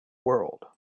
world